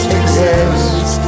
exist